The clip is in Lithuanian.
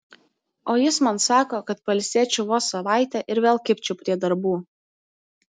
o jis man sako kad pailsėčiau vos savaitę ir vėl kibčiau prie darbų